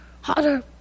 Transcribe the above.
hotter